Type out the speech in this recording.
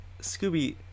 Scooby